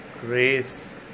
grace